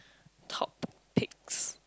topics